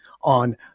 on